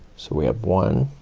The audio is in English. so we have one